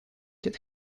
did